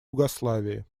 югославии